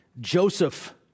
Joseph